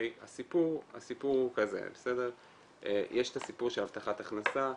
הסיפור הוא כזה יש את הסיפור של הבטחת הכנסה,